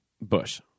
Bush